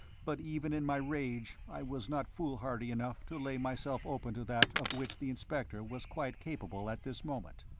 but even in my rage i was not foolhardy enough to lay myself open to that of which the inspector was quite capable at this moment.